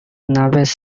naves